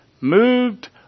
moved